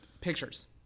Pictures